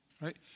Right